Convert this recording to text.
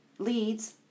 Leads